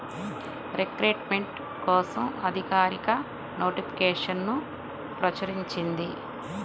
recruitment కోసం అధికారిక నోటిఫికేషన్ను ప్రచురించింది